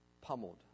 pummeled